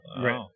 Right